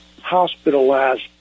hospitalized